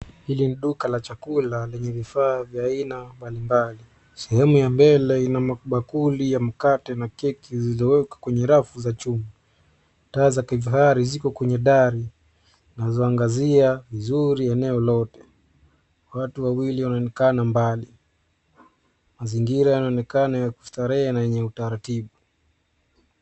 Hili ni duka la chakula lenye vifaa vya ina mbalimbali. Sehemu ya mbele ina mabakuli ya mkate na keki zilizowekwa kwenye rafu za chuma. Taa za kifahari ziko kwenye dari na zinangazia vizuri eneo lote. Watu wawili wanaonekana mbali. Mazingira yanaonekana ya kustarehe na yenye utaratibu.